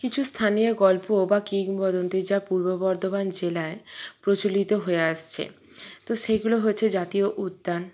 কিছু স্থানীয় গল্প বা কিংবদন্তি যা পূর্ব বর্ধমান জেলায় প্রচলিত হয়ে আসছে তো সেগুলো হচ্ছে জাতীয় উদ্যান